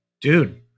Dude